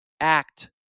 act